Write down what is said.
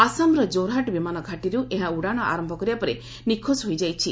ଆସାମର ଜୋରହାଟ୍ ବିମାନ ଘାଟିରୁ ଏହା ଉଡ଼ାଣ ଆରମ୍ଭ କରିବା ପରେ ନିଖୋଜ ହୋଇଯାଇଛି